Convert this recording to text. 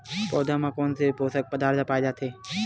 पौधा मा कोन से पोषक पदार्थ पाए जाथे?